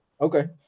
Okay